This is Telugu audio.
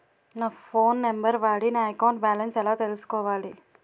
నా ఫోన్ నంబర్ వాడి నా అకౌంట్ బాలన్స్ ఎలా తెలుసుకోవాలి?